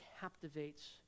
captivates